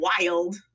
wild